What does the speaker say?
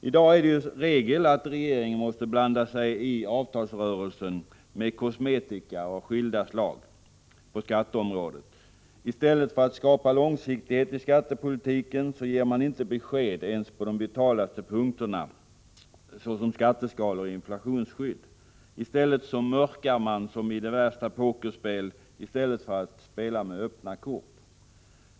I dag är det regel att regeringen måste blanda sig i avtalsrörelsen med kosmetika av skilda slag på skatteområdet. I stället för att skapa långsiktighet i skattepolitiken ger man inte besked ens på de vitalaste punkterna såsom skatteskalor och inflationsskydd. Man mörkar som i det värsta pokerspel i stället för att spela med öppna kort.